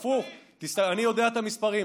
הפוך, אתה לא יודע את המספרים.